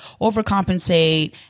overcompensate